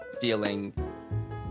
feeling